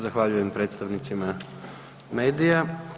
Zahvaljujem predstavnicima medija.